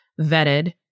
vetted